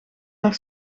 naar